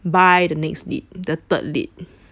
by the next lead the third lead